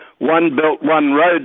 one-belt-one-road